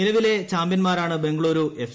നിലവിലെ ചാമ്പ്യൻമാരാണ് ബംഗളൂരു എഫ്